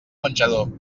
menjador